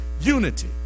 unity